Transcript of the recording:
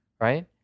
right